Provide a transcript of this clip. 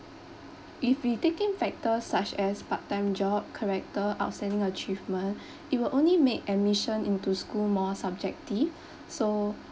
if we take in factors such as part time job character outstanding achievement it will only make admission into school more subjective so